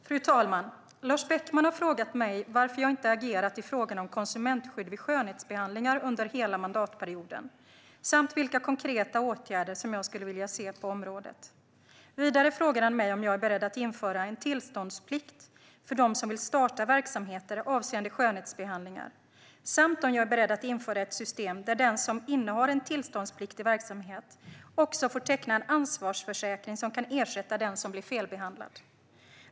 Fru talman! Lars Beckman har frågat mig varför jag inte har agerat i frågan om konsumentskydd vid skönhetsbehandlingar under hela mandatperioden samt vilka konkreta åtgärder som jag skulle vilja se på området. Vidare har han frågat mig om jag är beredd att införa en tillståndsplikt för dem som vill starta verksamheter avseende skönhetsbehandlingar samt om jag är beredd att införa ett system där den som innehar en tillståndspliktig verksamhet också får teckna en ansvarsförsäkring som kan ersätta den som blir felbehandlad.